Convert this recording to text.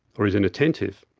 or is inattentive.